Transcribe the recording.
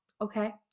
okay